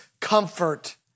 comfort